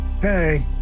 Hey